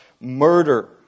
murder